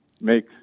make